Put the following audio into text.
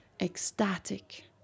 ecstatic